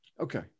Okay